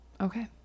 Okay